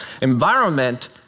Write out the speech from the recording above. environment